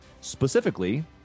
specifically